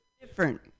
different